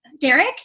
Derek